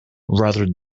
rather